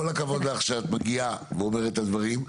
כל הכבוד לך שאת מגיעה ואומרת את הדברים.